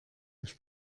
ich